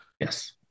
Yes